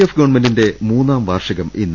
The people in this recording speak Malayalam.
എഫ് ഗവൺമെന്റിന്റെ മൂന്നാം വാർഷികം ഇന്ന്